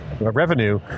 revenue